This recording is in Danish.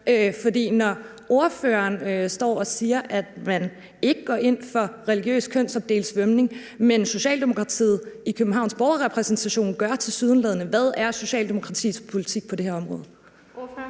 For når ordføreren står og siger, at man ikke går ind for religiøst kønsopdelt svømning, men Socialdemokratiet i Københavns Borgerrepræsentation tilsyneladende gør, hvad er Socialdemokratiets politik så på det her område? Kl.